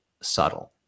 subtle